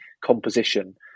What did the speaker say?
composition